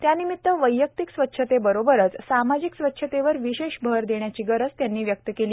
त्यानिमित वैयक्तिक स्वच्छतेबरोबरच सामाजिक स्वच्छतेवर विशेष भर देण्याची गरज त्यांनी व्यक्त केली